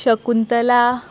Shakuntala